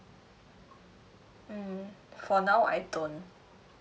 mm for now I don't